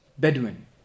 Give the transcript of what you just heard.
Bedouin